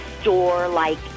store-like